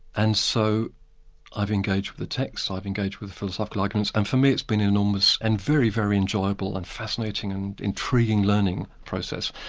and so i've engaged with the texts, i've engaged with the philosophical arguments, and for me it's been an enormous and very, very enjoyable and fascinating and intriguing learning process.